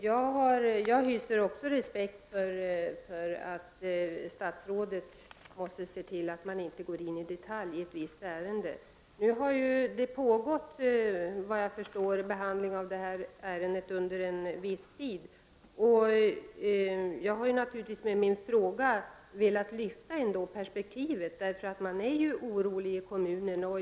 Herr talman! Jag hyser också respekt för att statsrådet måste se till att man inte går in i ett visst ärende i detalj. Såvitt jag förstår har behandlingen av detta ärende pågått under en viss tid. Jag har med min fråga velat lyfta perspektivet. Man är orolig i kommunen.